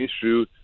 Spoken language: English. issue